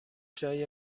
جای